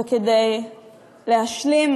וכדי להשלים